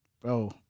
bro